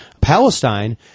Palestine